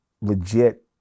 legit